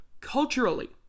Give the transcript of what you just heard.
Culturally